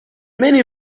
many